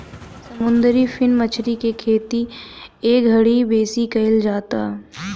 समुंदरी फिन मछरी के खेती एघड़ी बेसी कईल जाता